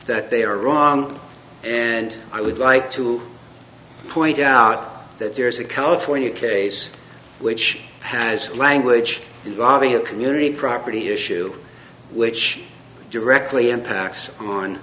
that they are wrong and i would like to point out that there is a california case which has language involving a community property issue which directly impacts on